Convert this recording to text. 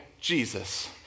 Jesus